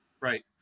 Right